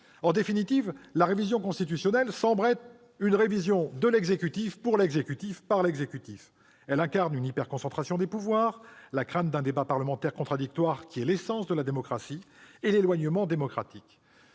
En définitive, cette révision constitutionnelle semble être celle de l'exécutif pour l'exécutif et par l'exécutif : elle incarne l'hyperconcentration des pouvoirs, la crainte d'un débat parlementaire contradictoire, qui est l'essence de la démocratie, et l'éloignement démocratique.